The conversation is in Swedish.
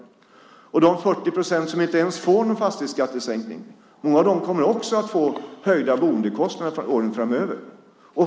Många av de 40 procent som inte ens får någon fastighetsskattesänkning kommer också att få höjda boendekostnader åren framöver.